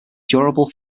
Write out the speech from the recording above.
durable